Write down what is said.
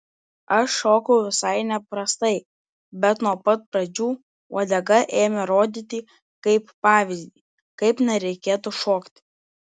aš šokau visai neprastai bet nuo pat pradžių uodega ėmė rodyti kaip pavyzdį kaip nereikėtų šokti